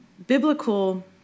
Biblical